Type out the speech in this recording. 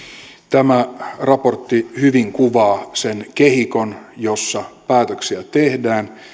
tämä raportti hyvin kuvaa sen kehikon jossa päätöksiä tehdään